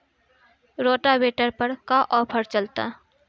Rotavator पर का offer चलता?